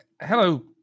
hello